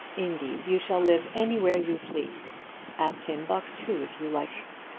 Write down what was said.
indeed you shall live anywhere you please at timbuctoo if you like it.